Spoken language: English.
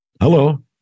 Hello